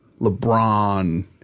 LeBron